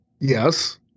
Yes